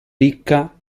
ricca